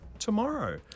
tomorrow